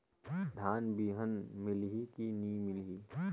धान बिहान मिलही की नी मिलही?